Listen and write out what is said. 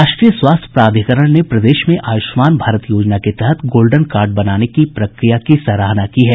राष्ट्रीय स्वास्थ्य प्राधिकरण ने प्रदेश में आयुष्मान भारत योजना के तहत गोल्डन कार्ड बनाने की प्रक्रिया की सराहना की है